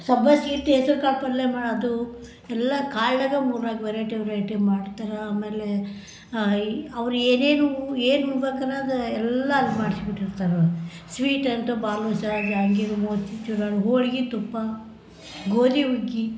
ಸಬ್ಬಸ್ಗೆ ಇಟ್ಟು ಹೆಸ್ರು ಕಾಳು ಪಲ್ಯ ಮಾಡೋದು ಎಲ್ಲ ಕಾಳಾಗ ಮೂರು ನಾಲ್ಕು ವೆರೈಟಿ ವೆರೈಟಿ ಮಾಡ್ತಾರೆ ಆಮೇಲೆ ಅವ್ರು ಏನೇನು ಏನು ಉಣ್ಬೇಕು ಅನ್ನದೇ ಎಲ್ಲ ಅಲ್ಲಿ ಮಾಡ್ಸಿ ಬಿಟ್ಟಿರ್ತಾರೆ ಅವರು ಸ್ವೀಟ್ ಅಂತೂ ಬಾದುಷಾ ಜಹಾಂಗೀರ್ ಮೋತಿಚೂರ್ ಹೋಳ್ಗೆ ತುಪ್ಪ ಗೋಧಿ ಹುಗ್ಗಿ